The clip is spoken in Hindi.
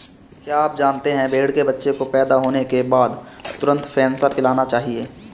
क्या आप जानते है भेड़ के बच्चे को पैदा होने के बाद तुरंत फेनसा पिलाना चाहिए?